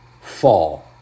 fall